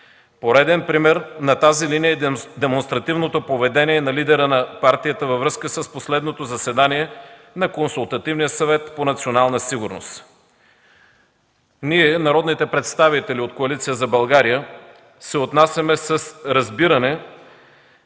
Пореден пример на тази линия е демонстративното поведение на лидера на партията във връзка с последното заседание на Консултативния съвет по национална сигурност. Ние, народните представители от Коалиция за България, се отнасяме с разбиране